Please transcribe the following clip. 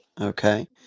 Okay